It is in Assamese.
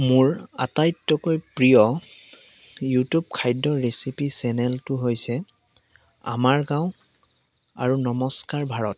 মোৰ আটাইতকৈ প্ৰিয় ইউটিউব খাদ্য ৰেচিপি চেনেলটো হৈছে আমাৰ গাঁও আৰু নমস্কাৰ ভাৰত